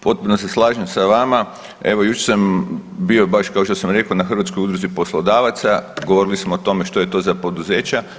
Potpuno se slažem sa vama, evo jučer sam bio baš kao što sam rekao na Hrvatskoj udruzi poslodavaca, govorili smo o tome što je to za poduzeća.